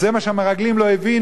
זה מה שהמרגלים לא הבינו,